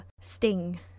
sting